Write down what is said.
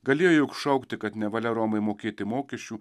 galėjo juk šaukti kad nevalia romai mokėti mokesčių